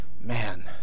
man